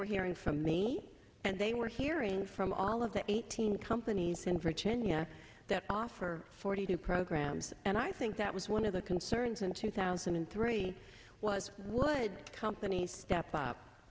were hearing from me and they were hearing from all of the eighteen companies in virginia that offer forty two programs and i think that was one of the concerns in two thousand and three was would companies step up